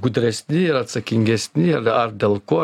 gudresni ir atsakingesni ar dėl ko